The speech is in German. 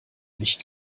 nicht